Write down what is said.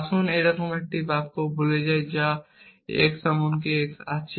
আসুন এইরকম একটি বাক্য ভুলে যাই এখানে x এমনকি x আছে